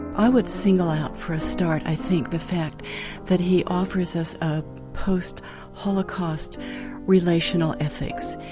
i would single out for a start i think, the fact that he offers us a post-holocaust relational ethic.